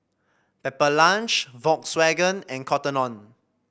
Pepper Lunch Volkswagen and Cotton On